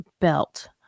belt